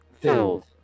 filled